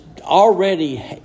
already